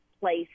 place